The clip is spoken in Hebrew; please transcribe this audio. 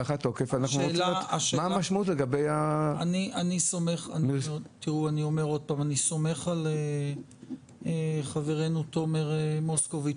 אני אומר שוב שאני סומך על חברנו תומר מוסקוביץ